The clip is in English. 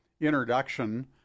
introduction